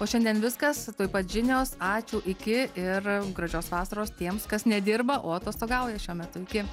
o šiandien viskas tuoj pat žinios ačiū iki ir gražios vasaros tiems kas nedirba o atostogauja šiuo metu iki